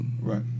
Right